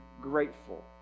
grateful